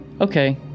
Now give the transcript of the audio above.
Okay